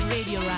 Radio